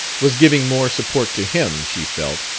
was giving more support to him, she felt,